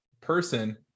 person